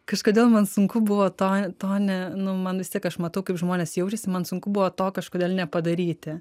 kažkodėl man sunku buvo to to ne nu man vis tiek aš matau kaip žmonės jaučiasi man sunku buvo to kažkodėl nepadaryti